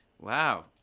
Wow